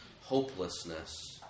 hopelessness